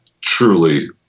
truly